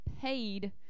paid